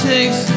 Takes